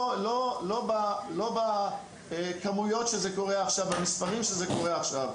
לא בכמויות שזה קורה עכשיו ובמספרים שזה קורה עכשיו,